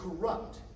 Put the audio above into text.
corrupt